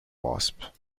wasp